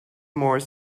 more